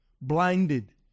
blinded